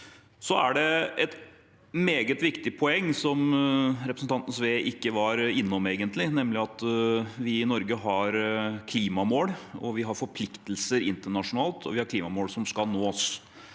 Det er et meget viktig poeng som representanten Sve egentlig ikke var innom, nemlig at vi i Norge har klimamål. Vi har forpliktelser internasjonalt, og vi har klimamål som skal nås.